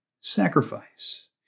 sacrifice